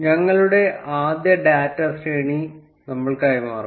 ഞങ്ങളുടെ ആദ്യ ഡാറ്റാ ശ്രേണി നമ്മൾ കൈമാറും